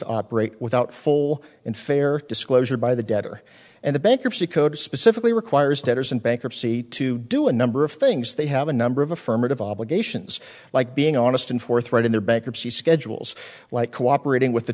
to operate without full and fair disclosure by the debtor and the bankruptcy code specifically requires debtors in bankruptcy to do a number of things they have a number of affirmative obligations like being honest and forthright in their bankruptcy schedules like cooperating with the